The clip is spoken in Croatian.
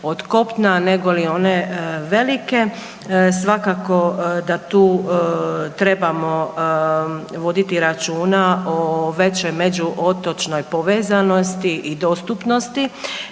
od kopna negoli one velike. Svakako da tu trebamo voditi računa o većoj među otočnoj povezanosti i dostupnosti